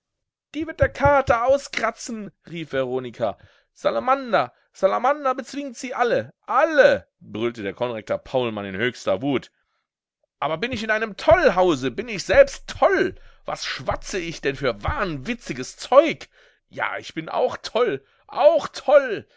die wird der kater auskratzen rief veronika salamander salamander bezwingt sie alle alle brüllte der konrektor paulmann in höchster wut aber bin ich in einem tollhause bin ich selbst toll was schwatze ich denn für wahnwitziges zeug ja ich bin auch toll auch toll